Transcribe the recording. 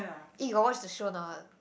eh you got watch the show or not